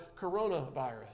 coronavirus